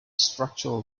structural